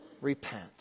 repent